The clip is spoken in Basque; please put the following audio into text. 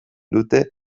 dute